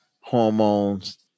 hormones